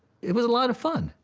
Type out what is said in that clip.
it was a lot of fun.